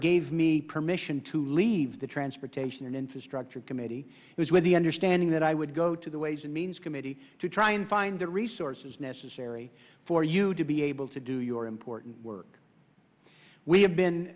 gave me permission to leave the transportation and infrastructure committee was with the understanding that i would go to the ways and means committee to try and find the resources necessary for you to be able to do your important work we have been